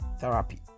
therapy